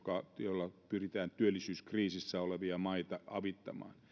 jolla pyritään työllisyyskriisissä olevia maita avittamaan